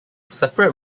separate